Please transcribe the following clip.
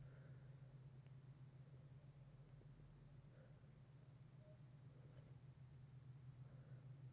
ನಾವ್ ಯಾ ಬಾಂಕ್ನ್ಯಾಗ ಸಾಲ ತೊಗೊಂಡಿರ್ತೇವಿ ಅಲ್ಲಿ ನಮ್ ಸಾಲದ್ ಡಾಕ್ಯುಮೆಂಟ್ಸ್ ತೊಗೊಂಡ್ ಹೋದ್ರ ಹೇಳ್ತಾರಾ